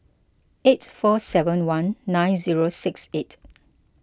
eight four seven one nine zero six eight